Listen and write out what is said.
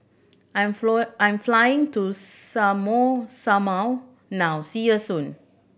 I'm flow I'm flying to Samoa now see you soon